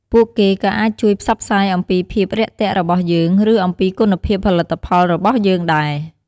ពួកគេក៏អាចជួយផ្សព្វផ្សាយអំពីភាពរាក់ទាក់របស់យើង ឬអំពីគុណភាពផលិតផលរបស់យើងដែរ។